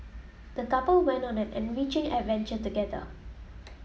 the couple went on an enriching adventure together